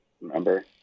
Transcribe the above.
remember